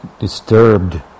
Disturbed